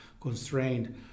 constrained